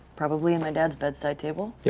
probably in my dad's bedside table?